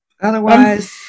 Otherwise